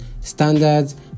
standards